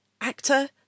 actor